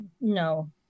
no